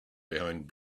behind